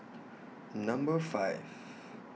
Number five